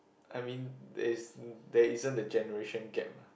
I mean there is there isn't the generation gap lah